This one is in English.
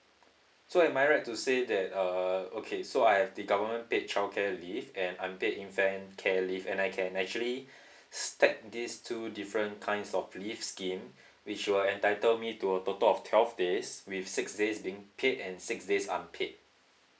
so am I right to say that uh okay so I have the government paid childcare leave and unpaid infant care leave and I can actually stack these two different kinds of leave scheme which will entitled me to a total of twelve days with six days being paid and six days unpaid